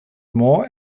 more